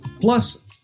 Plus